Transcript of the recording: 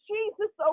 Jesus